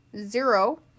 Zero